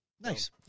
Nice